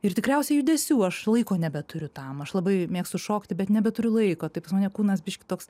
ir tikriausiai judesių aš laiko nebeturiu tam aš labai mėgstu šokti bet nebeturiu laiko tai pas mane kūnas biškį toks